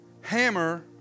hammer